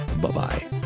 Bye-bye